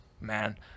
Man